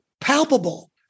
palpable